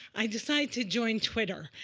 i decided to join twitter.